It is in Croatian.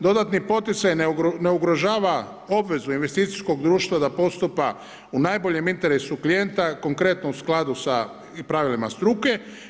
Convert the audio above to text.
Dodatni poticaj ne ugrožava obvezu investicijskog društva da postupa u najboljem interesu klijenta, konkretno u skladu sa pravilima struke.